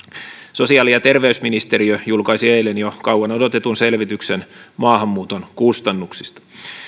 sosiaali ja terveysministeriö julkaisi eilen jo kauan odotetun selvityksen maahanmuuton kustannuksista